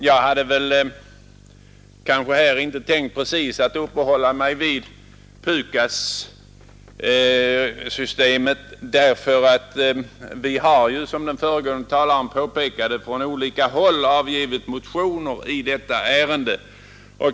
Fru talman! Jag hade inte precis tänkt uppehålla mig vid PUKAS-systemet därför att vi har ju, som den föregående talaren påpekade, från olika håll avgivit motioner i detta ärende.